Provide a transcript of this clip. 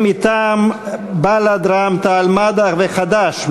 מטעם בל"ד רע"ם-תע"ל-מד"ע חד"ש,